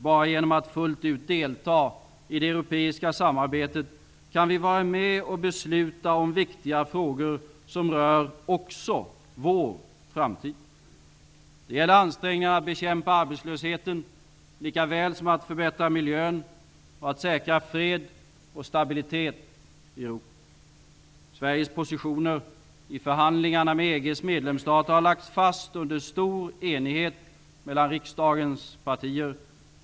Bara genom att fullt ut delta i det europeiska samarbetet kan vi vara med och besluta om viktiga frågor som rör också vår framtid. Det gäller ansträngningarna att bekämpa arbetslösheten lika väl som att förbättra miljön och att säkra fred och stabilitet i Europa. Sveriges positioner i förhandlingarna med EG:s medlemsstater har lagts fast under stor enighet mellan riksdagens partier.